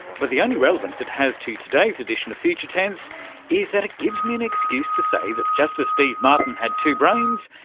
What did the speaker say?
but the only relevance it has to today's edition of future tense is that it gives me an excuse to say that just as steve martin had two brains,